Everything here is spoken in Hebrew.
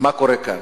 מה קורה כאן?